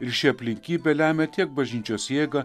ir ši aplinkybė lemia tiek bažnyčios jėgą